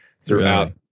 throughout